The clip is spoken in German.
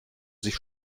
sich